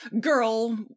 girl